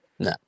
No